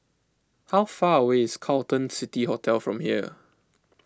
how far away is Carlton City Hotel from here